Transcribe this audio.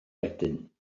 wedyn